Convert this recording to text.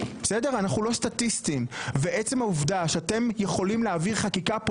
אנחנו לא סטטיסטים ועצם העובדה שאתם יכולים להעביר חקירה,